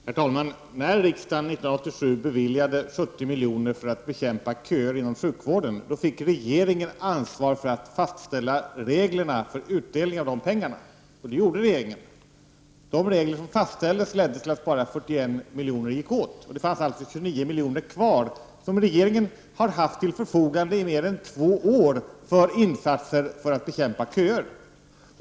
Herr talman! När riksdagen år 1987 beviljade 70 milj.kr. för bekämpning av köerna inom sjukvården, fick regeringen ansvaret för att fastställa reglerna för utdelning av pengarna. Det gjorde regeringen. De regler som fastställdes ledde till att endast 41 miljoner gick åt. Det finns således 29 miljoner kvar till insatser för att bekämpa köerna som regeringen har haft till förfo gande i mer än två år.